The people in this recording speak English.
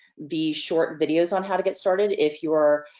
the short videos on how to get started if you're